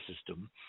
system